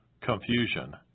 confusion